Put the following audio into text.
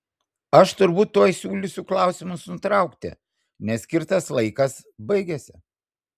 aš turbūt tuoj siūlysiu klausimus nutraukti nes skirtas laikas baigiasi